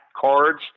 cards